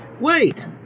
Wait